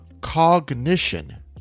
Cognition